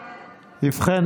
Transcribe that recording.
ובכן,